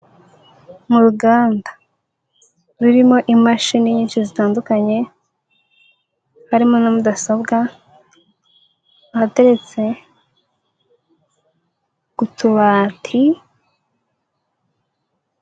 Mu ruganda rurimo imashini nyinshi zitandukanye, harimo na mudasobwa ahateretse utubati.